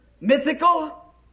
mythical